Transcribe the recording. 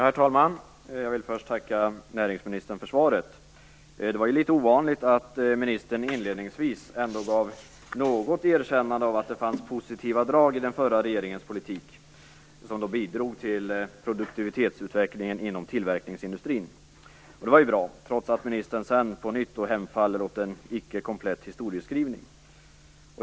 Herr talman! Jag vill först tacka näringsministern för svaret. Det var litet ovanligt att ministern inledningsvis ändå gav något erkännande av att det fanns positiva drag i den förra regeringens politik som bidrog till produktivitetsutvecklingen inom tillverkningsindustrin. Det var bra, trots att ministern sedan på nytt hemföll åt en icke-komplett historieskrivning.